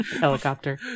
helicopter